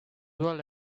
well